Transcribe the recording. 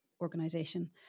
organization